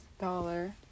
dollar